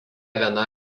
viena